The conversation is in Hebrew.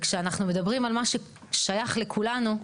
וכשאנחנו מדברים על מה ששייך לכולנו,